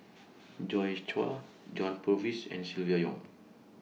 Joi Chua John Purvis and Silvia Yong